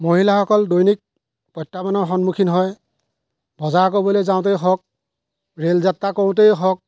মহিলাসকল দৈনিক প্ৰত্যাহ্বানৰ সন্মুখীন হয় বজাৰ কৰিবলৈ যাওঁতেই হওক ৰেল যাত্ৰ কৰোঁতেই হওক